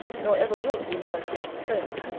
nor ever will, be married to mr. solmes.